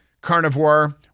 carnivore